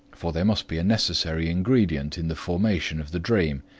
for they must be a necessary ingredient in the formation of the dream,